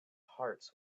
hearts